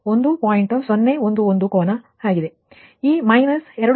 011 ಕೋನ ನಿಮ್ಮ ಈ ಮೈನಸ್ 2